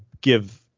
give